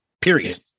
period